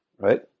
Right